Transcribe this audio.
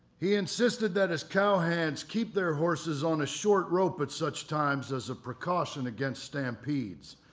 he insisted that his cowhands keep their horses on a short rope at such times, as a precaution against stampedes.